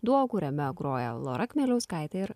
duo kuriame groja lora kmieliauskaitė ir